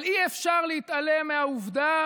אבל אי-אפשר להתעלם מהעובדה